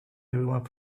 everyone